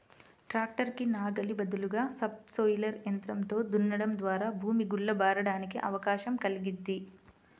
tractor కి నాగలి బదులుగా సబ్ సోయిలర్ యంత్రంతో దున్నడం ద్వారా భూమి గుల్ల బారడానికి అవకాశం కల్గిద్ది